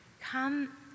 come